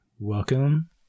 Welcome